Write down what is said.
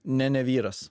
ne ne vyras